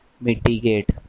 Mitigate